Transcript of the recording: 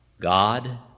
God